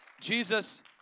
Jesus